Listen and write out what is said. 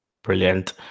brilliant